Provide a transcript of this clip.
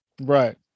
Right